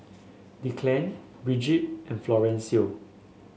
Declan Bridget and Florencio